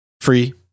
free